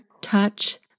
touch